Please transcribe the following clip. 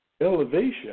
Elevation